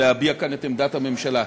להביע כאן את עמדת הממשלה.